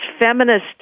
feminist